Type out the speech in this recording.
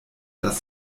das